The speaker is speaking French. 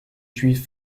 juives